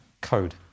code